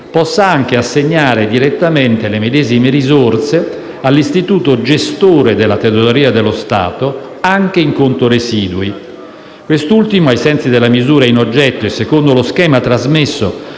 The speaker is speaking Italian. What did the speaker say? possa anche assegnare direttamente le medesime risorse all'istituto gestore della Tesoreria dello Stato anche in conto residui. Quest'ultimo, ai sensi della misura in oggetto e secondo lo schema trasmesso